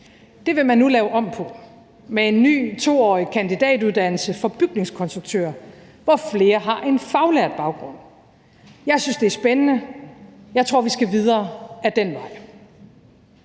Det vil man nu lave om på med en ny 2-årig kandidatuddannelse for bygningskonstruktører, hvor flere har en faglært baggrund. Jeg synes, det er spændende. Jeg tror, vi skal videre ad den vej.